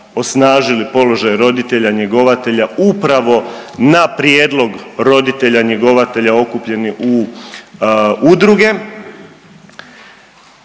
osnažili položaj roditelja njegovatelja upravo na prijedlog roditelja njegovatelja okupljeni u udruge.